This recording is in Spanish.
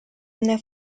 una